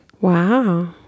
Wow